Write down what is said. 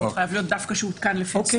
לאו דווקא לפח שהותקן לפי (א).